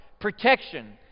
protection